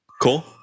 Cool